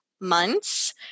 months